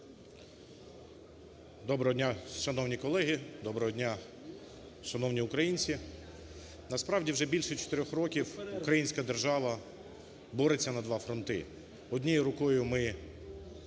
Доброго дня, шановні колеги! Доброго дня, шановні українці! Насправді, вже більше чотирьох років українська держава бореться на два фронти. Однією рукою ми відстрілюємось